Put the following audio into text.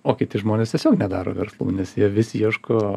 o kiti žmonės tiesiog nedaro verslų nes jie vis ieško